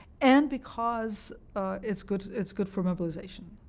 and because it's good it's good for mobilization,